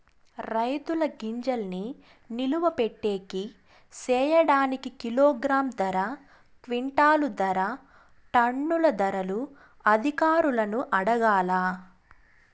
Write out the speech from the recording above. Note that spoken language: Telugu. రైతుల గింజల్ని నిలువ పెట్టేకి సేయడానికి కిలోగ్రామ్ ధర, క్వింటాలు ధర, టన్నుల ధరలు అధికారులను అడగాలా?